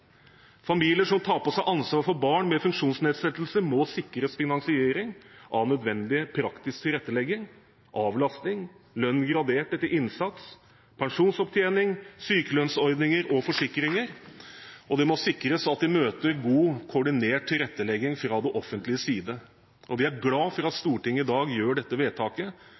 Familier som tar på seg ansvar for barn med funksjonsnedsettelser, må sikres finansiering av nødvendig praktisk tilrettelegging, avlastning, lønn gradert etter innsats, pensjonsopptjening, sykelønnsordninger og forsikringer, og det må sikres at de møter god, koordinert tilrettelegging fra det offentliges side. Vi er glad for at Stortinget i dag gjør dette vedtaket: